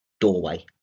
doorway